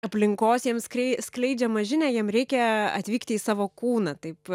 aplinkos jiems skrei skleidžiamą žinią jiems reikia atvykti į savo kūną taip